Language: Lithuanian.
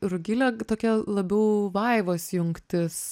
rugilė tokia labiau vaivos jungtis